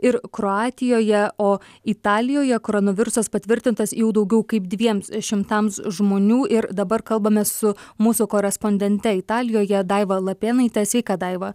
ir kroatijoje o italijoje koronavirusas patvirtintas jau daugiau kaip dviems šimtams žmonių ir dabar kalbamės su mūsų korespondente italijoje daiva lapėnaite sveika daiva